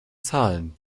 zahlen